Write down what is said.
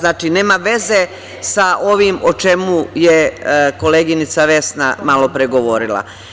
Znači, nema veze sa ovim o čemu je koleginica Vesna malo pre govorila.